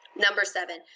number seven,